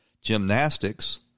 gymnastics